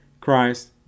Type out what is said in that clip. Christ